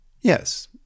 Yes